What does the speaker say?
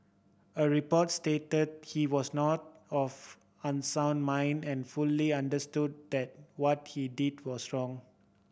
a report stated he was not of unsound mind and fully understood that what he did was wrong